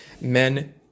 men